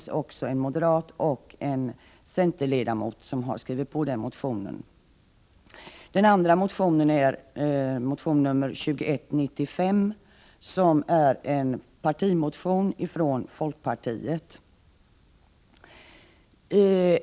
Också en moderat och en centerledamot har skrivit under den motionen. Den andra motionen är nr 2195 som är en partimotion från folkpartiet.